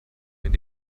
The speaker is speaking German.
wenn